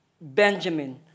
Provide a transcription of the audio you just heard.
Benjamin